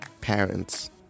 parents